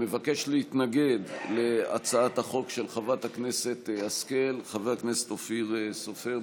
מבקש להתנגד להצעת החוק של חברת הכנסת השכל חבר הכנסת אופיר סופר,